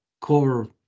core